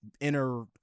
inner